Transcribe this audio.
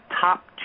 top